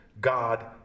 God